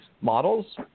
models